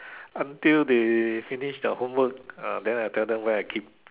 until they finish their homework ah then I tell them where I keep